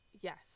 yes